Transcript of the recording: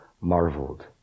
marveled